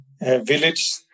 village